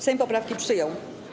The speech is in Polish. Sejm poprawki przyjął.